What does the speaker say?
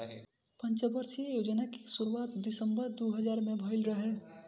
पंचवर्षीय योजना कअ शुरुआत दिसंबर दू हज़ार में भइल रहे